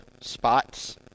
spots